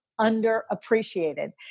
underappreciated